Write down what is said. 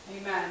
Amen